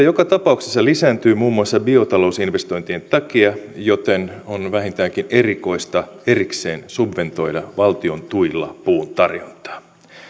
joka tapauksessa lisääntyy muun muassa biotalousinvestointien takia joten on vähintäänkin erikoista erikseen subventoida valtion tuilla puun tarjontaa